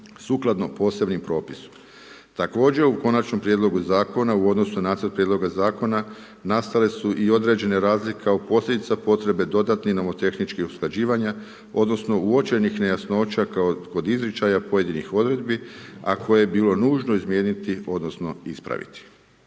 sukladno posebnom propisu. Također u konačnom prijedlogu zakona, u odnosu na prijedloga zakona, nastale su i određene razlike u posljedice potrebe dodatno nomotehničkih usklađivanja, odnosno, uočenih nejasnoća kao i kod izričaja pojedinih odredbi, a koje je bilo nužno izmijeniti odnosno, ispraviti.